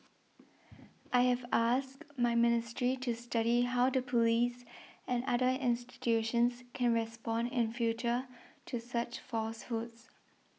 I have asked my ministry to study how the police and other institutions can respond in future to such falsehoods